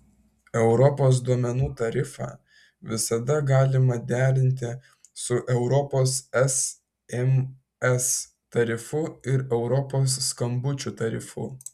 europos duomenų tarifą visada galima derinti su europos sms tarifu ir europos skambučių tarifu